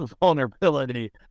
vulnerability